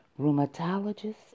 rheumatologist